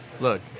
Look